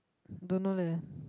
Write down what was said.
don't know leh